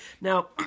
Now